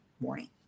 morning